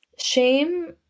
Shame